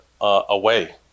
away